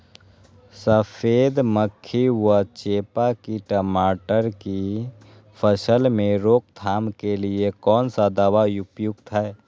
सफेद मक्खी व चेपा की टमाटर की फसल में रोकथाम के लिए कौन सा दवा उपयुक्त है?